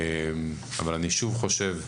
אבל אני שוב חושב,